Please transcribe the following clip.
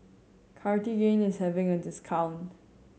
Cartigain is having a discount